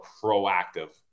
proactive